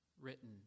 Written